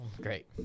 Great